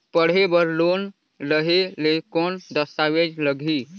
पढ़े बर लोन लहे ले कौन दस्तावेज लगही?